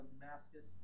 Damascus